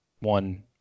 one